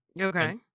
Okay